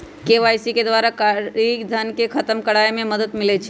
KYC के द्वारा कारी धन के खतम करए में मदद मिलइ छै